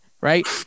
Right